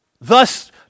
thus